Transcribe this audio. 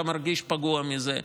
גם אם אתה מרגיש פגוע מזה.